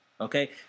Okay